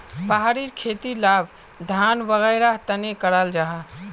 पहाड़ी खेतीर लाभ धान वागैरहर तने कराल जाहा